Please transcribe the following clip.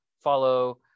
follow